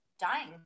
dying